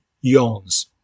yawns